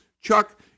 Chuck